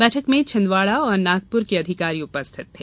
बैठक में छिंदवाड़ा व नागपुर के अधिकारी उपस्थित थे